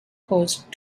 caused